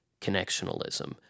connectionalism